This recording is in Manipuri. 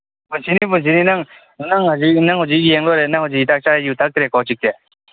ꯄꯨꯟꯁꯤꯁꯨ ꯄꯨꯟꯁꯤꯅꯤ ꯅꯪ ꯅꯪ ꯍꯧꯖꯤꯛ ꯅꯪ ꯍꯧꯖꯤꯛ ꯌꯦꯡ ꯂꯣꯏꯔꯦ ꯅꯪ ꯍꯧꯖꯤꯛ ꯍꯤꯗꯥꯛ ꯆꯥꯏ ꯌꯨ ꯊꯛꯇ꯭ꯔꯦꯀꯣ ꯍꯧꯖꯤꯛꯁꯦ